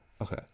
Okay